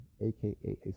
aka